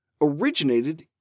originated